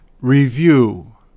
Review